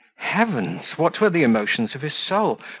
heavens! what were the emotions of his soul,